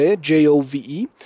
J-O-V-E